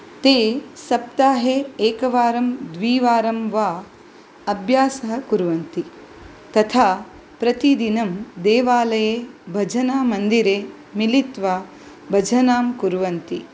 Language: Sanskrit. ते सप्ताहे एकवारं द्विवारं वा अभ्यासः कुर्वन्ति तथा प्रतिदिनं देवालये भजनामन्दिरे मिलित्वा भजनां कुर्वन्ति